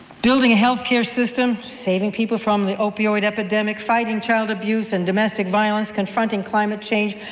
building a health care system, saving people from the opioid epidemic, fighting child abuse and domestic violence, confronting climate change,